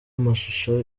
amashusho